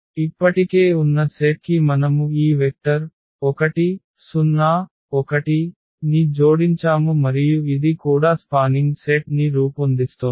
ఇప్పటికే ఉన్న సెట్ కి మనము ఈ వెక్టర్ 1 0 1 ని జోడించాము మరియు ఇది కూడా స్పానింగ్ సెట్ ని రూపొందిస్తోంది